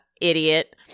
idiot